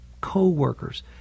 co-workers